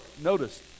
Notice